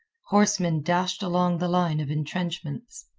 horsemen dashed along the line of intrenchments.